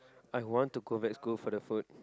I want to go back school for the food